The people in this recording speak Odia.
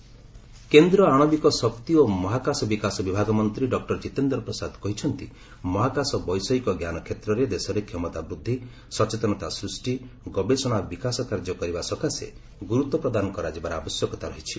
ଜିତେନ୍ଦ୍ର କେନ୍ଦ୍ର ଆଶବିକ ଶକ୍ତି ଓ ମହାକାଶ ବିକାଶ ବିଭାଗ ମନ୍ତ୍ରୀ ଡକୁର ଜିତେନ୍ଦ୍ର ପ୍ରସାଦ କହିଛନ୍ତି ମହାକାଶ ବୈଷୟିକ ଜ୍ଞାନ କ୍ଷେତ୍ରରେ ଦେଶରେ କ୍ଷମତା ବୃଦ୍ଧି ସଚେତନତା ସୃଷ୍ଟି ଗବେଷଣା ଓ ବିକାଶ କାର୍ଯ୍ୟ କରିବା ସକାଶେ ଗୁରୁତ୍ୱ ପ୍ରଦାନ କରାଯିବାର ଆବଶ୍ୟକତା ରହିଛି